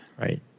right